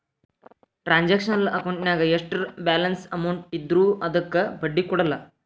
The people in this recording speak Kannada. ಟ್ರಾನ್ಸಾಕ್ಷನಲ್ ಅಕೌಂಟಿನ್ಯಾಗ ಎಷ್ಟರ ಬ್ಯಾಲೆನ್ಸ್ ಅಮೌಂಟ್ ಇದ್ರೂ ಅದಕ್ಕ ಬಡ್ಡಿ ಕೊಡಲ್ಲ